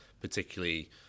particularly